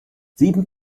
sieben